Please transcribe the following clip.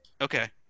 Okay